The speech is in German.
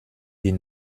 die